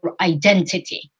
identity